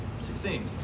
Sixteen